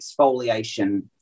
exfoliation